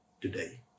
today